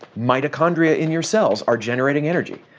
mitochondria in your cells are generating energy.